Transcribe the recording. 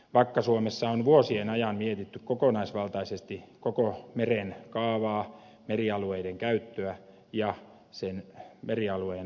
vakka suomessa on vuosien ajan mietitty kokonaisvaltaisesti koko meren kaavaa merialueiden käyttöä ja sen merialueen suojelua